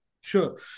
Sure